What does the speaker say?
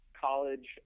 college